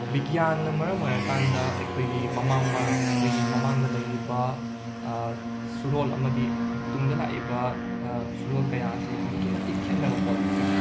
ꯕꯤꯒ꯭ꯌꯥꯟꯅ ꯃꯔꯝ ꯑꯣꯏꯔꯀꯥꯟꯗ ꯑꯩꯈꯣꯏꯒꯤ ꯃꯃꯥꯡ ꯃꯃꯥꯡ ꯑꯩꯈꯣꯏꯒꯤ ꯃꯃꯥꯡꯗ ꯂꯩꯔꯤꯕ ꯁꯨꯔꯣꯜ ꯑꯃꯗꯤ ꯇꯨꯡꯗ ꯂꯥꯛꯏꯕ ꯁꯨꯔꯣꯜ ꯀꯌꯥ ꯑꯁꯤ ꯑꯗꯨꯛꯀꯤ ꯃꯇꯤꯛ ꯈꯦꯠꯅꯕ ꯄꯨꯔꯛꯈ꯭ꯔꯦ